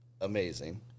amazing